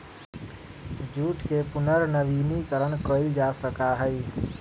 jute के पुनर्नवीनीकरण कइल जा सका हई